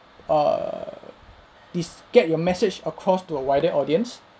err this get your message across to a wider audience